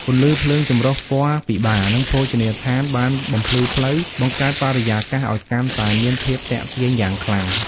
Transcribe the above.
ពន្លឺភ្លើងចម្រុះពណ៌ពីបារ និងភោជនីយដ្ឋានបានបំភ្លឺផ្លូវ បង្កើតបរិយាកាសអោយកាន់តែមានភាពទាក់ទាញយ៉ាងខ្លាំង។